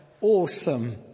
awesome